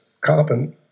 carbon